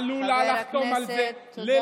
היא עלולה לחתום על זה -- חבר הכנסת, תודה רבה.